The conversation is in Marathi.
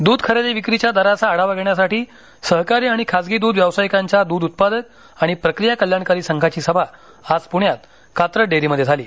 दूध खरेदी विक्रीच्या दराचा आढावा घेण्यासाठी सहकारी आणि खासगी द्रध व्यावसायिकांच्या दूध उत्पादक आणि प्रक्रिया कल्याणकारी संघाची सभा आज पुण्यात कात्रज डेअरीमध्ये झाली